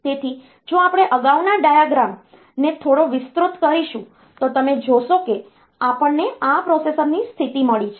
તેથી જો આપણે અગાઉના ડાયાગ્રામને થોડો વિસ્તૃત કરીશું તો તમે જોશો કે આપણને આ પ્રોસેસરની સ્થિતિ મળી છે